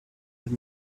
have